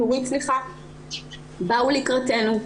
באו לקראתנו,